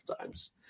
times